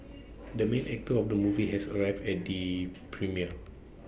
the main actor of the movie has arrived at the premiere